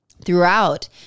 Throughout